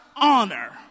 honor